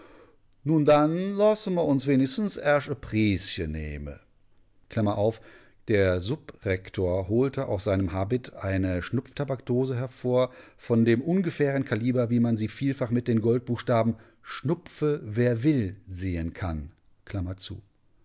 nun dann loße mir uns wenigstens ersch ä priesche nehme der subrektor holte aus seinem habit eine schnupftabaksdose hervor von dem ungefähren kaliber wie man sie vielfach mit den goldbuchstaben schnupfe wer will sehen kann